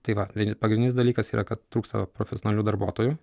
tai va pagrindinis dalykas yra kad trūksta profesionalių darbuotojų